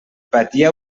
patia